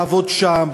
לעבוד שם,